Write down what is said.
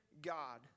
God